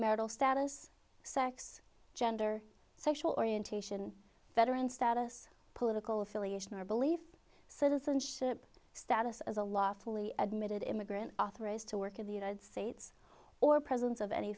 marital status sex gender sexual orientation veteran status political affiliation or belief citizenship status as a last fully admitted immigrant authorized to work in the united states or presents of any